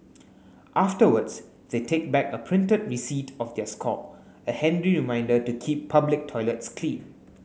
afterwards they take back a printed receipt of their score a handy reminder to keep public toilets clean